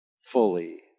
fully